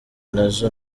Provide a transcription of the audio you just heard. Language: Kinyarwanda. nazo